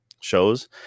shows